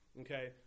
Okay